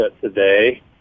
today